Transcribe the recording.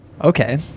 Okay